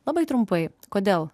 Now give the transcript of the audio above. labai trumpai kodėl